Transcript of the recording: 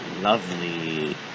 Lovely